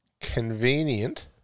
convenient